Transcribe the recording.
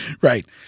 Right